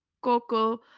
coco